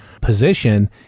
position